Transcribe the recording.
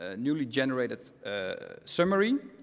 ah newly-generated ah summary.